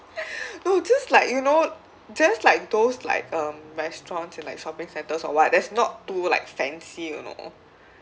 no just like you know just like those like um restaurants in like shopping centres or what that's not too like fancy you know